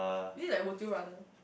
is it like Muthu brother